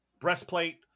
breastplate